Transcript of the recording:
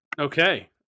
Okay